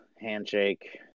handshake